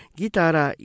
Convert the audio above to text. gitara